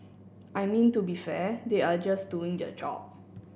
I mean to be fair they are just doing their job